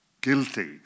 guilty